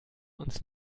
uns